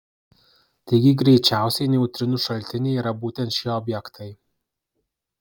taigi greičiausiai neutrinų šaltiniai yra būtent šie objektai